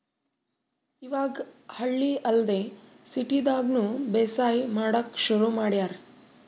ಇವಾಗ್ ಹಳ್ಳಿ ಅಲ್ದೆ ಸಿಟಿದಾಗ್ನು ಬೇಸಾಯ್ ಮಾಡಕ್ಕ್ ಶುರು ಮಾಡ್ಯಾರ್